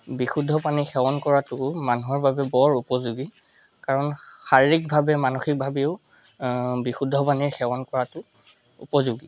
বিশুদ্ধ পানী সেৱন কৰাটো মানুহৰ বাবে বৰ উপযোগী কাৰণ শাৰীৰিকভাৱে মানসিকভাৱেও বিশুদ্ধ পানী সেৱন কৰাটো উপযোগী